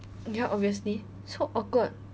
ya obviously so awkward